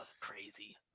crazy